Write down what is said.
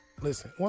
Listen